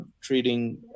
treating